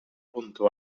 pronto